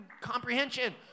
comprehension